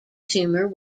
tumor